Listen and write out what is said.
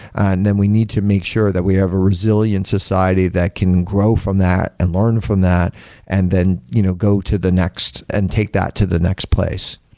and then we need to make sure that we have a resilient society that can grow from that and learn from that and then you know go to the next and take that to the next place.